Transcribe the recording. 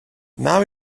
now